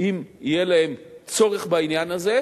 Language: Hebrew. אם יהיה להם צורך בזה.